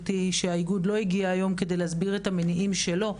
שהאיגוד לא הגיע היום כדי להסביר את המניעים שלו,